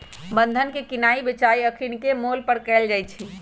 बन्धन के किनाइ बेचाई अखनीके मोल पर कएल जाइ छइ